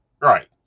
right